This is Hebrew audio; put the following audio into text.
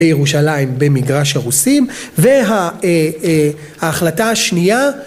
‫בירושלים במגרש הרוסים, ‫וההחלטה השנייה...